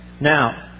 Now